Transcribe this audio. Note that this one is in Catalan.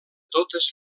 totes